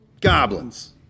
Goblins